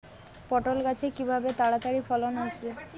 পটল গাছে কিভাবে তাড়াতাড়ি ফলন আসবে?